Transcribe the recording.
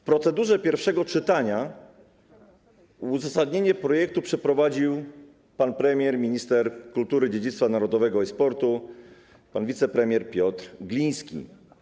W procedurze pierwszego czytania uzasadnienie projektu przedstawił minister kultury, dziedzictwa narodowego i sportu pan wicepremier Piotr Gliński.